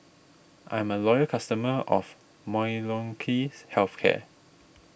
I'm a loyal customer of Molnylcke's Health Care